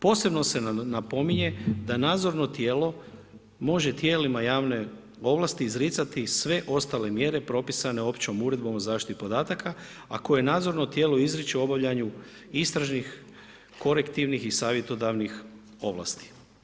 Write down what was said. Posebno se napominje, da nadzorno tijelo, može tijelima javne ovlasti izraci sve ostale mjere propisane općom uredbom o zaštiti podataka, a koje nadzorno tijelo izriču u obavljanju, istražnih, kolektivnih i savjetodavnih ovlasti.